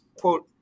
quote